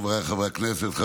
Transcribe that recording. חבריי חברי הכנסת,